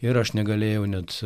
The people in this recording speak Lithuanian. ir aš negalėjau net